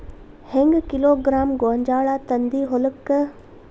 ಹೆಂಗ್ ಕಿಲೋಗ್ರಾಂ ಗೋಂಜಾಳ ತಂದಿ ಹೊಲಕ್ಕ?